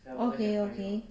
okay okay